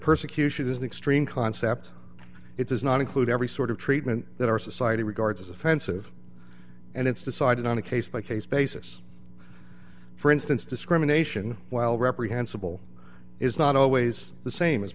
persecution is an extreme concept it does not include every sort of treatment that our society regards as offensive and it's decided on a case by case basis for instance discrimination while reprehensible is not always the same as